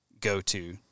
go-to